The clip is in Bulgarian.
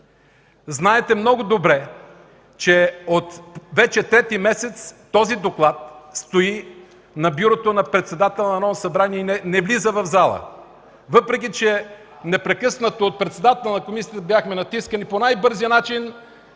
Знаете много добре, че вече трети месец този доклад стои на бюрото на председателя на Народното събрание и не влиза в залата, въпреки че непрекъснато от председателя на комисията бяхме натискани по най-бързия начин